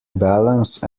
balance